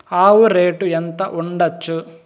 ఆవు రేటు ఎంత ఉండచ్చు?